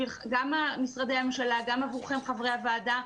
גם משרדי הממשלה וגם עבורכם חברי הוועדה,